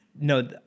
no